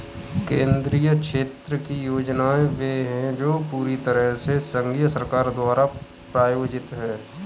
केंद्रीय क्षेत्र की योजनाएं वे है जो पूरी तरह से संघीय सरकार द्वारा प्रायोजित है